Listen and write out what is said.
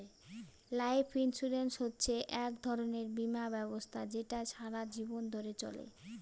life insurance হচ্ছে এক ধরনের বীমা ব্যবস্থা যেটা সারা জীবন ধরে চলে